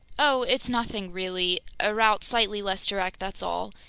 oh, it's nothing really! a route slightly less direct, that's all.